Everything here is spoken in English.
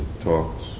talks